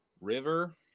River